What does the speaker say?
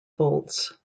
bolts